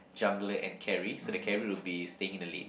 jungler and carry so the carry will be staying in the lane